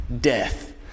death